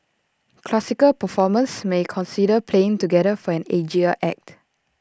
classical performers may consider playing together for an edgier act